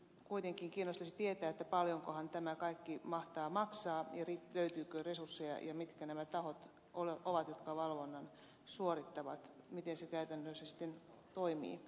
kuitenkin kiinnostaisi tietää paljonkohan tämä kaikki mahtaa maksaa ja löytyykö resursseja mitkä nämä tahot ovat jotka valvonnan suorittavat ja miten se käytännössä sitten toimii